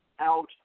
out